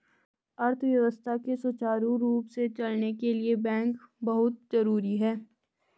अर्थव्यवस्था के सुचारु रूप से चलने के लिए बैंक बहुत जरुरी हैं